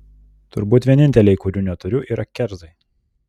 turbūt vieninteliai kurių neturiu yra kerzai